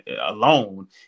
alone